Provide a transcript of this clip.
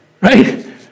right